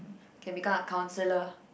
can become a counsellor